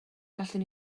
gallwn